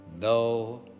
no